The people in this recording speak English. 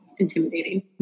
Intimidating